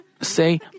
say